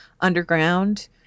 underground